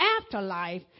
afterlife